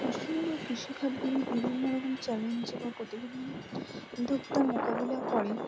পশ্চিমবঙ্গ কৃষি খাতগুলির বিভিন্ন রকম চ্যালেঞ্জ এবং প্রতি বন্ধকতার মোকাবিলা করে